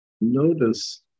Notice